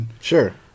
Sure